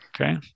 okay